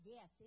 Yes